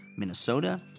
Minnesota